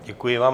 Děkuji vám.